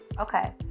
okay